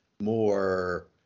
more